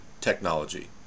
technology